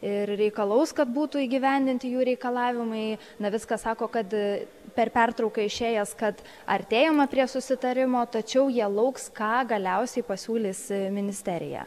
ir reikalaus kad būtų įgyvendinti jų reikalavimai navickas sako kad per pertrauką išėjęs kad artėjama prie susitarimo tačiau jie lauks ką galiausiai pasiūlys ministerija